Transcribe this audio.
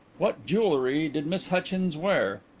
what jewellery did miss hutchins wear?